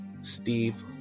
Steve